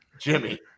Jimmy